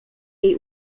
jej